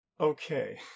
Okay